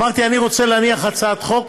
אמרתי: אני רוצה להניח הצעת חוק